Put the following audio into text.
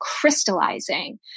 crystallizing